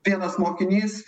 vienas mokinys